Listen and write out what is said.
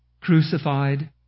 crucified